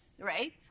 right